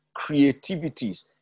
creativities